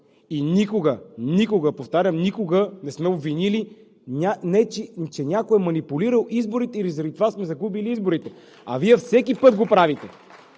и никога, никога, повтарям, никога не сме обвинили, че някой манипулирал изборите, или заради това сме загубили изборите. А Вие всеки път го правите